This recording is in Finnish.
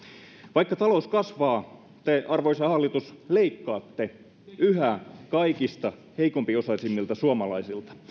vaikka talous kasvaa te arvoisa hallitus leikkaatte yhä kaikista heikko osaisimmilta suomalaisilta